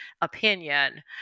opinion